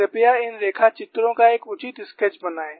कृपया इन रेखाचित्रों का एक उचित स्केच बनाएं